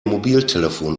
mobiltelefon